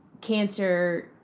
cancer